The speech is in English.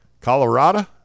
Colorado